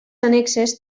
annexes